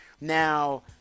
Now